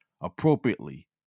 Appropriately